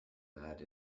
that